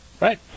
Right